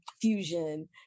fusion